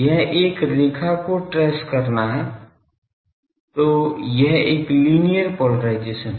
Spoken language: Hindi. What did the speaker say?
यह एक रेखा को ट्रेस करना है तो यह एक लीनियर पोलराइजेशन है